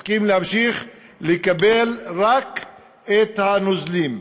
החליט להמשיך לקבל רק את הנוזלים.